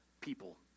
people